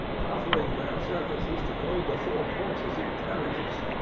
proffering their services to go before horses in carriages,